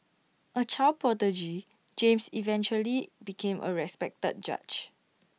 A child prodigy James eventually became A respected judge